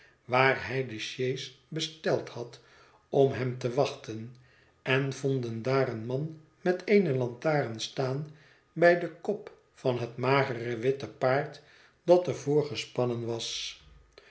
waar hij de sjees besteld had om hem te wachten en vonden daar een man met eene lantaren staan bij den kop van het magere witte paard dat er voor gespannen was